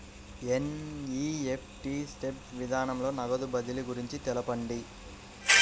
NEFT NEFT విధానంలో నగదు బదిలీ గురించి తెలుపండి?